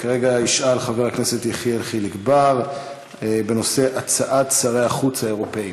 כרגע ישאל חבר כנסת יחיאל חיליק בר בנושא: הצעת שרי החוץ האירופים.